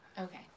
okay